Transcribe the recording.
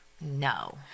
No